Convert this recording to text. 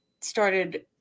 started